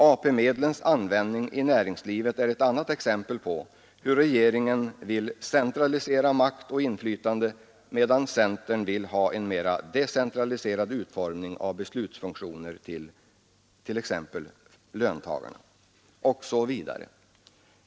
AP-medlens användning i näringslivet är ett annat exempel på hur regeringen vill centralisera makt och inflytande, medan centern vill ha en mera decentraliserad utformning av beslutsfunktioner till exempelvis löntagarna. Och så vidare.